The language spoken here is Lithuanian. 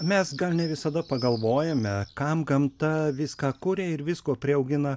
mes gal ne visada pagalvojame kam gamta viską kuria ir visko priaugina